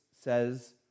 says